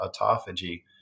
autophagy